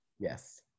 Yes